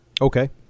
Okay